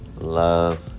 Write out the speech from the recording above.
love